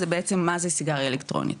זה בעצם מה זה סיגריה אלקטרונית,